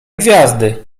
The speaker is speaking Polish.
gwiazdy